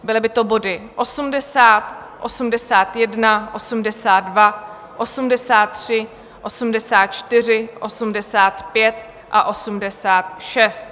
Byly by to body 80, 81, 82, 83, 84, 85 a 86.